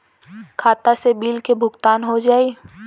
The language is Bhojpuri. खाता से बिल के भुगतान हो जाई?